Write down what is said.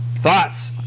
Thoughts